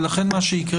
ולכן מה שיקרה